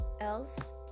else